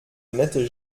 nette